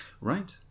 Right